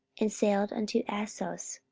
and sailed unto assos,